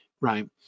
right